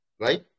right